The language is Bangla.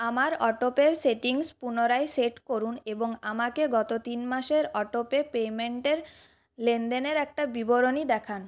আমার অটোপের সেটিংস পুনরায় সেট করুন এবং আমাকে গত তিন মাসের অটোপে পেমেন্টের লেনদেনের একটা বিবরণী দেখান